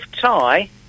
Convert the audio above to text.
tie